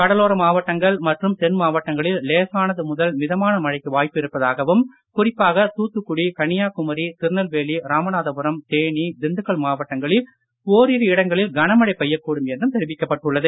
கடலோர மாவட்டங்கள் மற்றும் தென் மாவட்டங்களில் லேசானது முதல் மிதமான மழைக்கு வாய்ப்பு இருப்பதாகவும் குறிப்பாக தூத்துக்குடி கன்னியாகுமரி திருநெல்வேலி ராமநாதபுரம் தேனி திண்டுக்கல் மாவட்டங்களில் ஓரிரு இடங்களில் கனமழை பெய்யக்கூடும் என்றும் தெரிவிக்கப்பட்டுள்ளது